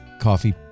coffee